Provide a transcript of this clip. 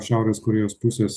šiaurės korėjos pusės